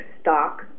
stock